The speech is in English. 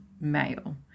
Male